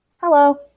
Hello